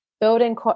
building